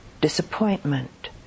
disappointment